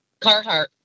Carhartt